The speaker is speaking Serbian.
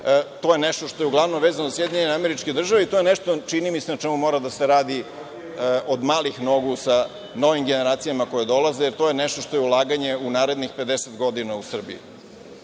to je nešto što je uglavnom vezano za SAD i to je nešto, čini mi se, na čemu mora da se radi od malih nogu sa novim generacijama koje dolaze, jer to je nešto što je ulaganje u narednih 50 godina u Srbiji. Mi